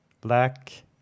black